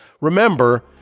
remember